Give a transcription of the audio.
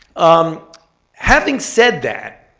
um having said that,